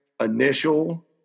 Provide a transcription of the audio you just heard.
initial